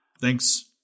Thanks